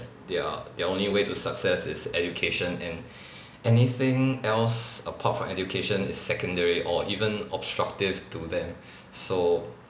their their only way to success is education and anything else apart from education is secondary or even obstructive to them so